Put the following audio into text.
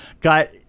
got